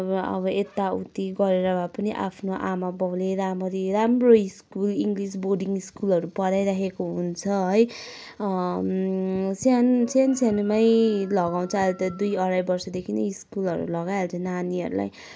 अब अब यताउति गरेर भए पनि आफ्नो आमा बाउले रामरी राम्रो स्कुल इङ्लिस बोर्डिङ स्कुलहरू पढाइराखेको हुन्छ है सानो सानसानोमै लगाउँछ अहिले त दुई अढाई वर्षदेखि नै स्कुलहरू लगाइहाल्छ नानीहरूलाई